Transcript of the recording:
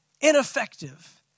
ineffective